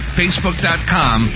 facebook.com